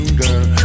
girl